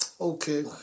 Okay